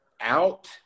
out